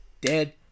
dead